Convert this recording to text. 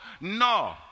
No